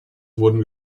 wurden